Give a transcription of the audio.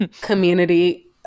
community